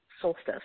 solstice